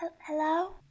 Hello